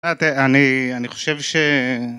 אני אני חושב ש